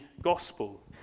gospel